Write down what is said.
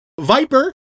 Viper